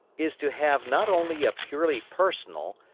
is to have not only a purely personal,